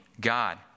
God